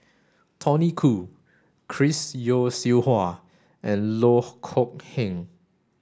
Tony Khoo Chris Yeo Siew Hua and Loh Kok Heng